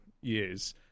years